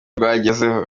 rwagezeho